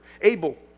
Abel